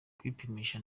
kwipimisha